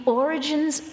origins